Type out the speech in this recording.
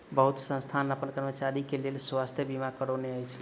बहुत संस्थान अपन कर्मचारी के लेल स्वास्थ बीमा करौने अछि